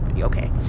okay